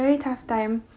very tough time